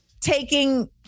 taking